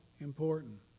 important